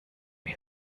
mir